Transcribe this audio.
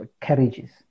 carriages